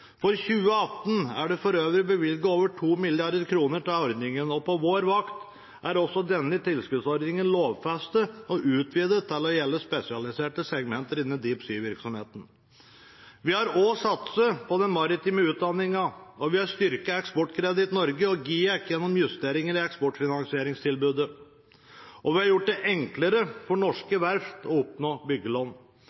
For 2018 er det for øvrig bevilget over 2 mrd. kr til ordningen, og på vår vakt er også denne tilskuddsordningen lovfestet og utvidet til å gjelde spesialiserte segmenter innen deep sea-virksomheten. Vi har også satset på den maritime utdanningen, og vi har styrket Eksportkreditt Norge og GIEK gjennom justeringer i eksportfinansieringstilbudet. Vi har også gjort det enklere for